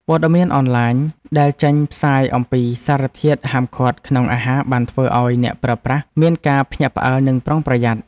ព័ត៌មានអនឡាញដែលចេញផ្សាយអំពីសារធាតុហាមឃាត់ក្នុងអាហារបានធ្វើឱ្យអ្នកប្រើប្រាស់មានការផ្អើលនិងប្រុងប្រយ័ត្ន។